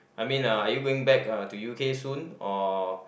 I mean uh are you going back uh to U_K soon or